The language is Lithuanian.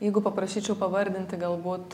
jeigu paprašyčiau pavardinti galbūt